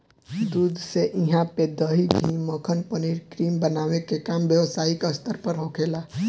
दूध से इहा पे दही, घी, मक्खन, पनीर, क्रीम बनावे के काम व्यवसायिक स्तर पे होखेला